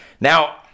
Now